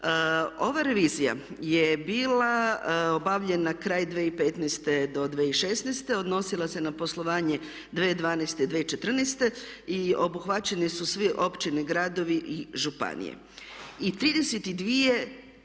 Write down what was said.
Ova revizija je bila obavljena kraj 2015. do 2016., odnosila se na poslovanje 2012., 2014. i obuhvaćeni su sve općine, gradovi i županije.